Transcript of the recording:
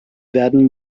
werden